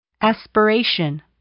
aspiration